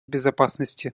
безопасности